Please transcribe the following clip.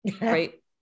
right